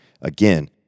again